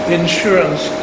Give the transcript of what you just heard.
insurance